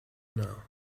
now